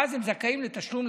ואז הם זכאים לתשלום,